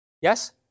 Yes